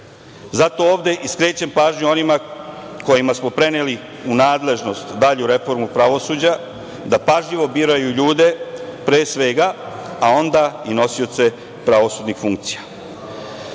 Zato ovde i skrećem pažnju onima kojima smo preneli u nadležnost dalju reformu pravosuđa da pažljivo biraju ljude, pre svega, a onda i nosioce pravosudnih funkcija. Henri